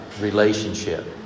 Relationship